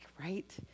right